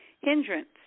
hindrance